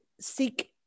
seek